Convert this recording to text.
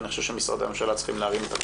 ואני חושב שמשרדי הממשלה צריכים להרים את הכפפה.